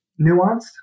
nuanced